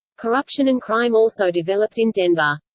corruption and crime also developed in denver.